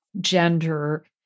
gender